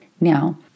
Now